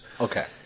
Okay